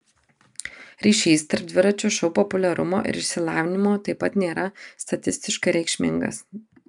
ryšys tarp dviračio šou populiarumo ir išsilavinimo taip pat nėra statistiškai reikšmingas